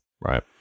Right